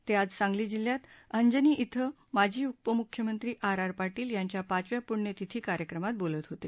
ते आज सांगली जिल्ह्यात अंजनी इथं माजी उपमुख्यमंत्री आर आर पाटील यांच्या पाचव्या पुण्यतिथी कार्यक्रमात बोलत होते